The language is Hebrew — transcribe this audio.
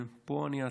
פה אני אעצור.